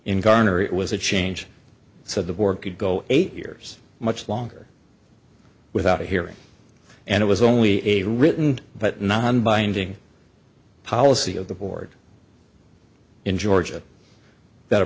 in garner it was a change so the board could go eight years much longer without a hearing and it was only a written but non binding policy of the board in georgia that a